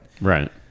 Right